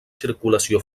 circulació